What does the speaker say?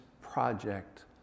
project